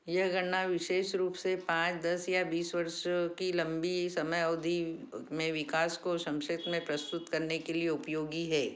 यह गणना विशेष रूप से पाँच दस या बीस वर्षों की लंबी समय अवधि में विकास को संक्षेप में प्रस्तुत करने के लिए उपयोगी है